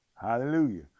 hallelujah